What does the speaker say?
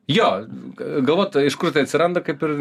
jo galvot iš kur tai atsiranda kaip ir